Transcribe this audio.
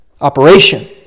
operation